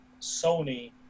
Sony